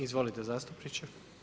Izvolite zastupniče.